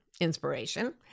inspiration